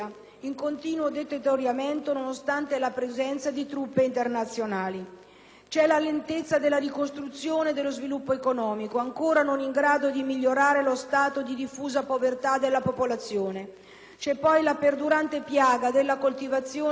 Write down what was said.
C'è la lentezza della ricostruzione dello sviluppo economico, ancora non in grado di migliorare lo stato di diffusa povertà della popolazione. C'è poi la perdurante piaga della coltivazione e del traffico di oppio arrivati, in questi anni, a livelli mai raggiunti in passato.